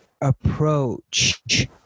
approach